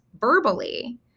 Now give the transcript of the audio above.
verbally